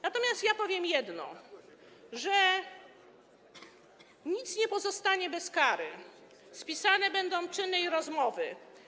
Natomiast ja powiem jedno: nic nie pozostanie bez kary, spisane będą czyny i rozmowy.